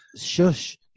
shush